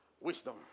Wisdom